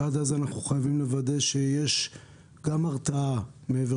עד אז אנחנו חייבים לוודא שיש גם הרתעה מעבר